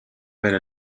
bere